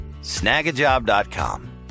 Snagajob.com